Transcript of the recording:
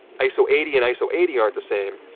iso eighty and iso eighty aren't the same,